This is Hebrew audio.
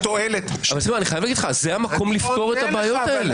שהתועלת --- זה המקום לפתור את הבעיות האלה.